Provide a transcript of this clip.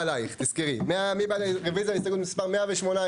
מי בעד רביזיה להסתייגות מספר 114?